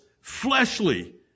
fleshly